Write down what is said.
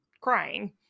crying